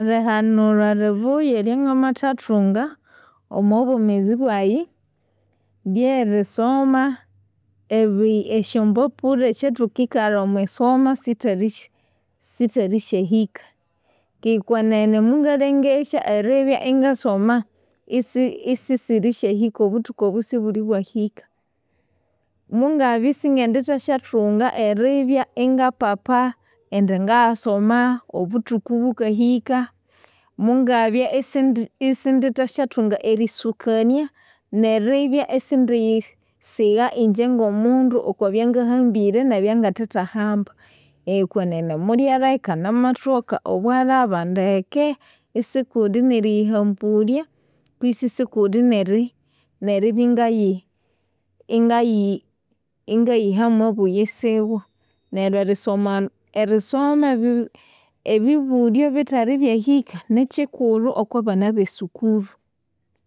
Erihanulha libuya eryangamathunga omwabwemezi byayi, lyerisoma ebi- esyambapura esyathukikalha omwisoma sithali syahika. Keghe kwenene mungalengesya eribya ingasoma isi- isisirisyahika obuthuku obo isibuli bwahika. Mungabya isingendithasyathunga eribya ingapapa indi ngayasoma, obuthuku bukahika, mungabya isindithasyathunga erisukania neribya isindiyiyisigha inje ngomundu okwabyangahambire nebyangathithahamba. Keghe kwenene mulyaleka namathoka obwalhaba ndeke isikuli neriyihambulya kwisi iskuli neri neribya ingayi ingayi ingayihamu obuyisiwa. Neryo erisoma erisoma ebi- ebibulyo bithali byahika nikyikulhu okwabana ebesukuru.